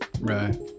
Right